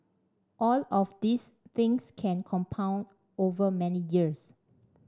all of these things can compound over many years